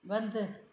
बंदि